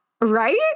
right